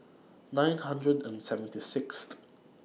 nine hundred and seventy Sixth